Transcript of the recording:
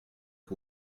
que